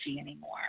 anymore